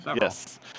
Yes